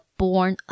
born